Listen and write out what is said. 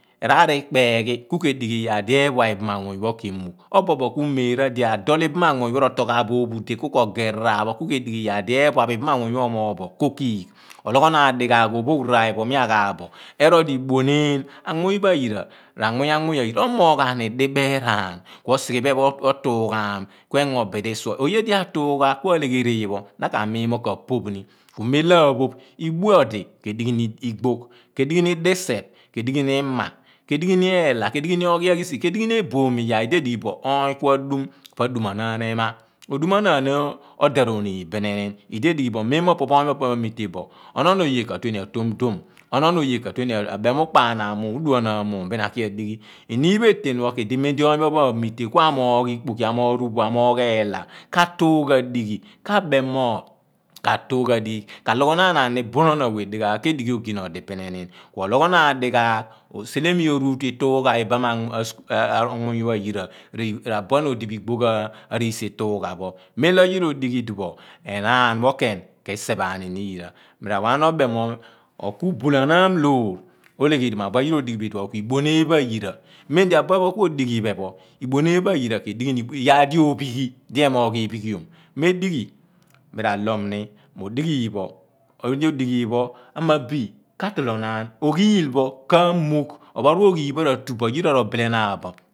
ikpeeghi kube digh yaar di ephua ibaama muny pho ke mugh obobo ku meerah di adoo̱l ibama muny pho ke mugh obobo ku meerah di adoo̱l ibama muny pho ro too̱l ghaa bo ophuu deh kuko geh ŕaar pho ku ke dighi iyaar di eephua pho ibaam manmuny pho omoogh bo ko kiigh ologhonaan dighaagh ophoogh raar pho i phen pho mia ghaap bo erool di iḇueneeen anmuny pho ayira ra|muny a muny pho a yira omooghaani dibeeraan kuo sighe iphan pho otughaam. Kuengo bidi suor oye di atugha kua legheri iipho na ka minin mo ka phoop ni ku mem lo a phoop i ḏue odi ke dighi ni diigboogh, kedighini diseph kedighini. Ima, kedighini eelah kedighini, oghiagisigh, kedighi ne eboom iyaar idiedighibo onypho kua duum po aduumanaan emah, odumaanaan odeh ro niin biniiniin idiedighibo memoopo pho ony pho opo pho a metebo onon oye katueni a tom dom onoon oye katue ni abeni mo u maanan, uduah naan muum biin aki aḏiighi eniin pho eteen pho kuedi manlo ony pho a meete kua moogh ikpoki, amoogh eelah katuugh adighi ka bem moo katuugh adihi ka bom mow katuugh adighi ka loghonaan ani ni bunoon awe dighaagh kedighi oginee eli biiniiniin. kuo ologho naan dighaag osele miyoogh rutu ituughaa ibamamuny pho ayira, ŕ abuen odi bo igbogh ariisi ituugha pho meen lo yira odighi idipho enaan pho keen, kisephaanini iyira. Mirawaghan obem mo kubulanaan loor, olegheri mo abue pho yira koodighibo iduon pho bu i dueneen pho ayira memdi abuepho kodighi ephen pho, idue neen pho ayira ke dighini iyaar dio phighi. Di emoogh iphighiom. Medighi mira loom ni mo odighi iipho, odighi di oḏighi iipho amabi katoo̱l lonaan, oghil pho kaamuugh ophoripho oghil pho r`atubo kayira ro bilenaan bo.